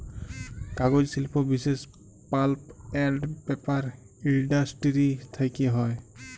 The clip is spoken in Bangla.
কাগজ শিল্প বিশেষ পাল্প এল্ড পেপার ইলডাসটিরি থ্যাকে হ্যয়